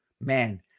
man